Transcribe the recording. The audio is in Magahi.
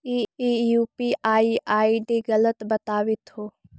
ई यू.पी.आई आई.डी गलत बताबीत हो